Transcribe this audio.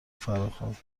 فراخواند